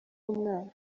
umwana